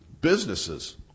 businesses